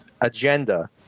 agenda